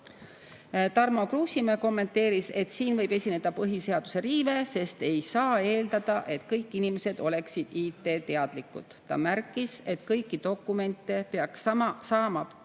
Tarmo Kruusimäe kommenteeris, et siin võib esineda põhiseaduse riive, sest ei saa eeldada, et kõik inimesed oleksid IT‑teadlikud. Ta märkis, et kõiki dokumente peaks saama tänapäeval